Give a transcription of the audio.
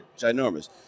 ginormous